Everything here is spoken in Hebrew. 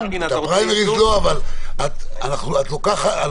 אבל בתקנות ההן היה כתוב שהתקן שיהיה מסך שמידותיו לא יפחתו מ-42 אינץ',